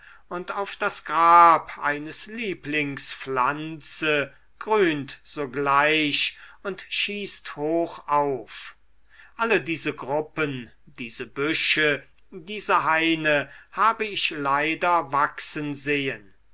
und auf das grab eines lieblingspflanze grünt sogleich und schießt hoch auf alle diese gruppen diese büsche diese haine habe ich leider wachsen sehen